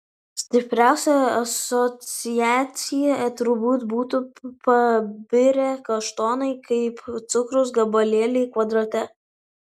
stipriausia asociacija turbūt būtų pabirę kaštonai kaip cukraus gabalėliai kvadrate